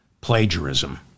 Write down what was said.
plagiarism